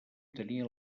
tenia